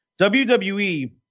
WWE